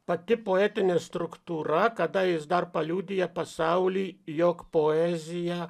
pati poetinė struktūra kada jis dar paliudija pasauliui jog poezija